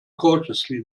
cautiously